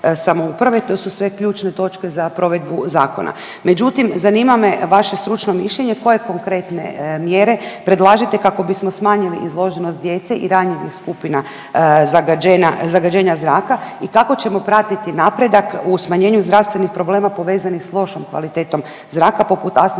To su sve ključne točke za provedbu zakona. Međutim, zanima me vaše stručno mišljenje koje konkretne mjere predlažete kako bismo smanjili izloženost djece i ranjivih skupina zagađenja zraka i kako ćemo pratiti napredak u smanjenju zdravstvenih problema povezanih sa lošom kvalitetom zraka poput astme